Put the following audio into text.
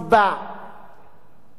אבל זה לא מסובב,